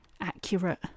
accurate